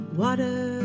water